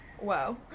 Wow